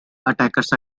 attackers